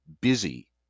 busy